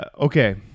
Okay